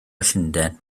llundain